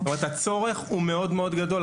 זאת אומרת הצורך הוא מאוד מאוד גדול.